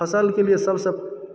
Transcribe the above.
फसलके लिअ सभसँ